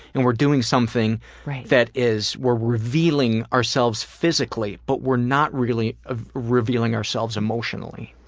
and we're doing something that is. we're revealing ourselves physically, but we're not really ah revealing ourselves emotionally.